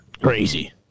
Crazy